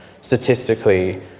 statistically